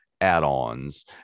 add-ons